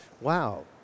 Wow